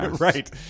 right